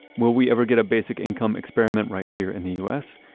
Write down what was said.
will we ever get a basic income experiment right here in the u s?